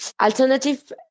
Alternative